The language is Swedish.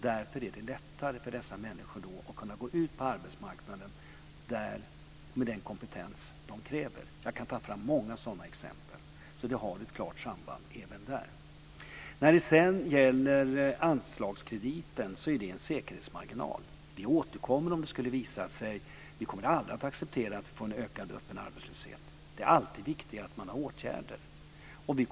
Då är det lättare för dessa människor att gå ut på arbetsmarknaden med den kompetens som krävs. Jag kan ta fram många sådana exempel. Det har ett klart samband. Anslagskrediten är en säkerhetsmarginal. Vi kommer aldrig att acceptera en ökad öppen arbetslöshet. Det är alltid viktigare att man har åtgärder.